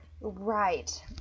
Right